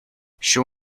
show